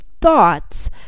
thoughts